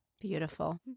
beautiful